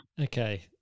Okay